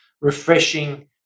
refreshing